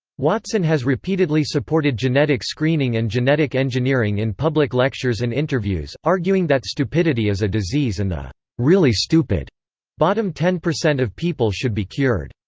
watson has repeatedly supported genetic screening and genetic engineering in public lectures and interviews, arguing that stupidity is a disease and the really stupid bottom ten percent of people should be cured.